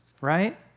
Right